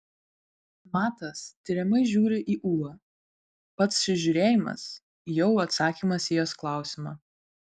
matas tiriamai žiūri į ūlą pats šis žiūrėjimas jau atsakymas į jos klausimą